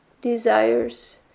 desires